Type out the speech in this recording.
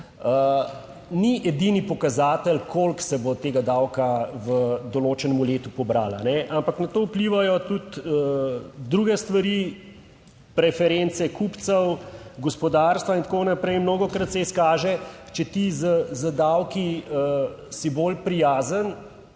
ni edini pokazatelj koliko se bo tega davka v določenem letu pobrala, ampak na to vplivajo tudi druge stvari, preference kupcev, gospodarstva in tako naprej in mnogokrat se izkaže, če ti z davki si bolj prijazen